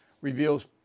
reveals